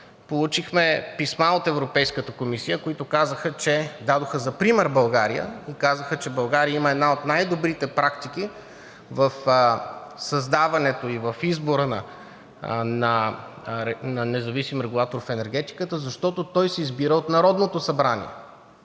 получихме писма от Европейската комисия, които дадоха за пример България и казаха, че България има една от най-добрите практики в създаването и в избора на независим регулатор в енергетиката, защото той се избира от Народното събрание.